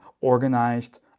organized